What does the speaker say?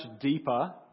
deeper